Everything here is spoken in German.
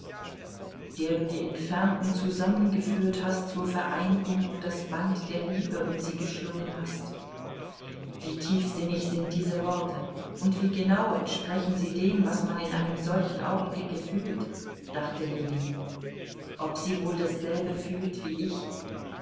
der du die entfernten zusammengeführt hast zur vereinigung und das band der liebe um sie geschlungen hast wie tiefsinnig sind diese worte und wie genau entsprechen sie dem was man in einem solchen augenblicke fühlt dachte ljewin ob sie wohl dasselbe fühlt wie ich